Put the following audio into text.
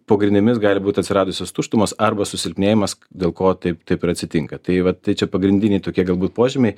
po grindimis gali būt atsiradusios tuštumos arba susilpnėjimas dėl ko taip taip ir atsitinka tai va tai čia pagrindiniai tokie galbūt požymiai